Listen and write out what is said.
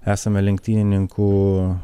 esame lenktynininkų